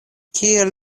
kiel